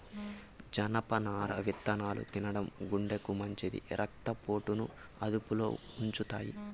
జనపనార విత్తనాలు తినడం గుండెకు మంచిది, రక్త పోటును అదుపులో ఉంచుతాయి